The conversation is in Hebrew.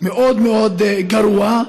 מאוד גרוע,